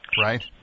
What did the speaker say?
right